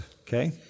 okay